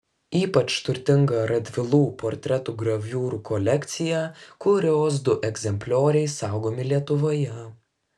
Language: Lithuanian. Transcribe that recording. ypač turtinga radvilų portretų graviūrų kolekcija kurios du egzemplioriai saugomi lietuvoje